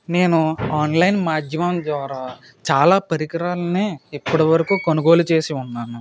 నేను ఆన్లైన్ మాధ్యమం ద్వారా చాలా పరికరాలనే ఇప్పటి వరకు కొనుగోలు చేసి ఉన్నాను